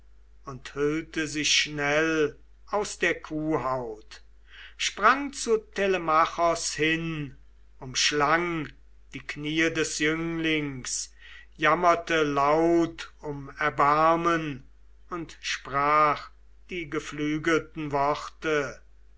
und hüllte sich schnell aus der kuhhaut sprang zu telemachos hin umschlang die kniee des jünglings jammerte laut um erbarmen und sprach die geflügelten worte